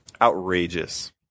outrageous